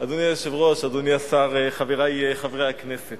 אדוני היושב-ראש, אדוני השר, חברי חברי הכנסת,